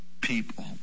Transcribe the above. people